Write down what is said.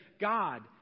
God